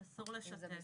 אסור.